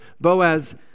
Boaz